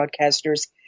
broadcasters